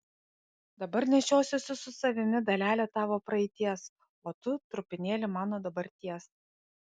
dabar nešiosiuosi su savimi dalelę tavo praeities o tu trupinėlį mano dabarties